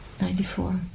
Ninety-four